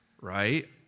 Right